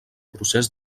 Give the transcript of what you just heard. procés